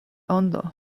ondo